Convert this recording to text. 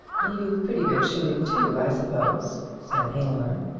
you've pretty good shooting too, i suppose, said aylmer.